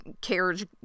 carriage